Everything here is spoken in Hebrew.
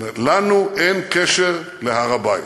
זאת אומרת שלנו אין קשר להר-הבית.